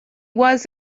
was